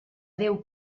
déu